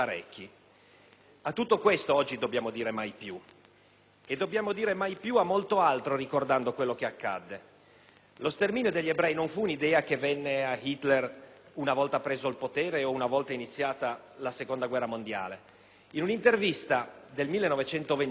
A tutto questo e a molto altro oggi dobbiamo dire "mai più" ricordando quello che accadde. Lo sterminio degli ebrei non fu un'idea che venne a Hitler una volta preso il potere o una volta iniziata la Seconda guerra mondiale. In un'intervista del 1921,